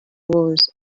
was